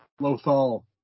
Lothal